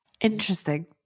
Interesting